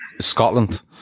Scotland